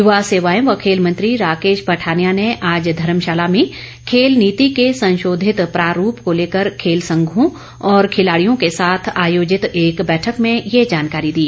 युवा सेवाएं व खेल मंत्री राकेश पठानिया ने आज धर्मशाला में खेल नीति के संशोधित प्रारूप को लेकर खेल संघों और खिलाड़ियों के साथ आयोजित एक बैठक में ये जानकारी दी